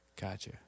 Gotcha